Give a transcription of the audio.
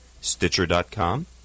Stitcher.com